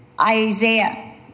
Isaiah